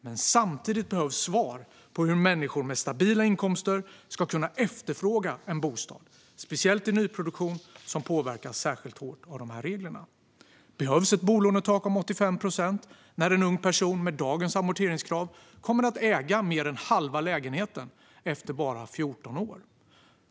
Men samtidigt behövs svar på hur människor med stabila inkomster ska kunna efterfråga en bostad, speciellt i nyproduktion som påverkas särskilt hårt av reglerna. Behövs ett bolånetak på 85 procent när en ung person med dagens amorteringskrav kommer att äga mer än halva lägenheten efter bara 14 år?